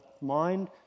mind